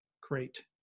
great